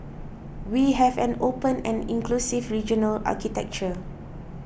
we have an open and inclusive regional architecture